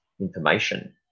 information